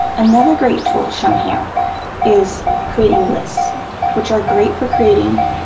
another great tool shown here is creating lists which are great for creating